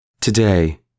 Today